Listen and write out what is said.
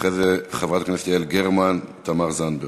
אחרי זה, חברות הכנסת יעל גרמן ותמר זנדברג.